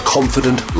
Confident